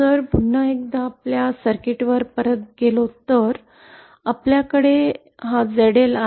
जर पुन्हा एकदा आपल्या सर्किटवर परत गेलो तर आपल्याकडे ZL आहे